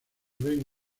ven